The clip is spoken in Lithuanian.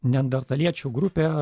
neandertaliečių grupė